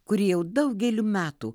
kuri jau daugelį metų